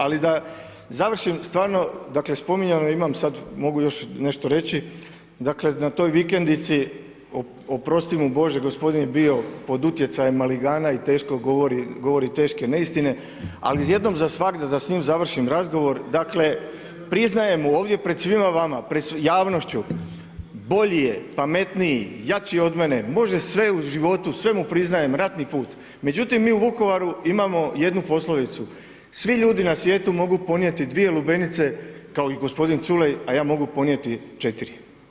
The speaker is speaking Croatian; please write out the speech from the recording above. Ali da završim stvarno, dakle spominjano je imam sada, mogu još nešto reći, dakle na toj vikendici, oprosti mu Bože, gospodin je bio pod utjecajem maligana i teško govori, govori teške neistine, ali jednom za svagda da s njim završim razgovor, dakle priznajem mu ovdje pred svima vama, pred javnošću, bolji je, pametniji, jači od mene, može sve u životu, sve mu priznajem, ratni put međutim mi u Vukovaru imamo jednu poslovicu svi ljudi na svijetu mogu ponijeti dvije lubenice kao i gospodin Culej a ja mogu podnijeti četiri.